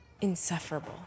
insufferable